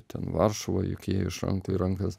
ten varšuva juk jie iš rankų į rankas